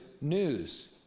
news